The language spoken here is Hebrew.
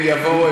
הם יבואו,